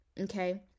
okay